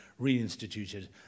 reinstituted